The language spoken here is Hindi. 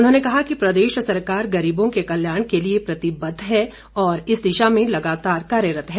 उन्होंने कहा कि प्रदेश सरकार गरीबों के कल्याण के लिए प्रतिबद्ध है और इस दिशा में लगातार कार्यरत है